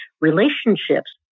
relationships